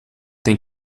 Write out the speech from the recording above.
tem